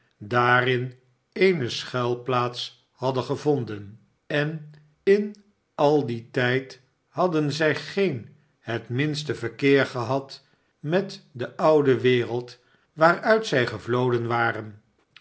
daarin eene schuilplaats hadden gevonden en in al dien tijd hadden zij geen het minste verkeer gehad met de oude wereld r waaruit zij gevloden waren